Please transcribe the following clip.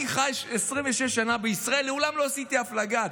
אני חי 26 שנה בישראל, מעולם לא עשיתי הפלגה.